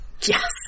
Yes